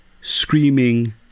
screaming